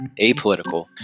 apolitical